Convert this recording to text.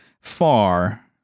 far